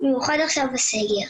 במיוחד עכשיו בתקופת הסגר.